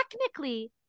technically